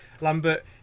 Lambert